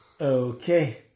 Okay